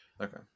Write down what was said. Okay